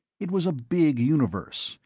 it was a big universe,